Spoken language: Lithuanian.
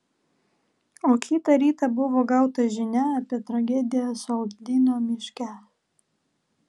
o kitą rytą buvo gauta žinia apie tragediją soldino miške